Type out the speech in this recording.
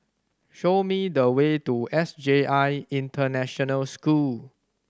show me the way to S J I International School